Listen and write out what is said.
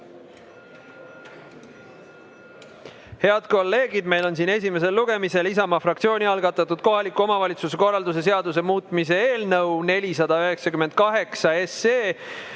Head kolleegid, meil on siin esimesel lugemisel Isamaa fraktsiooni algatatud kohaliku omavalitsuse korralduse seaduse muutmise eelnõu 498 ja